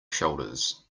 shoulders